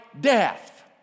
death